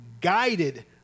guided